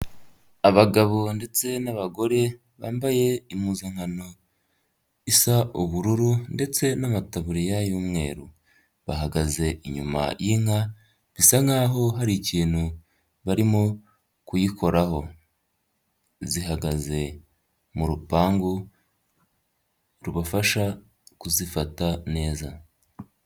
Abagabo ndetse n'abagore bambaye impuzankano isa ubururu ndetse n'amataburiya y'umweru. Bahagaze inyuma y'inka bisa nkaho hari ikintu barimo kuyikoraho. Zihagaze mu rupangu rubafasha kuzifata neza.